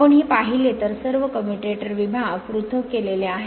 आपण हे पाहिले तर सर्व कम्युटेटर विभाग पृथक् केलेले आहेत